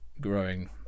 growing